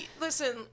listen